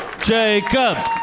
Jacob